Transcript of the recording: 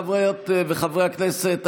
חברות וחברי הכנסת,